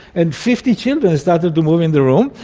and fifty children started to move in the room,